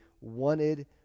wanted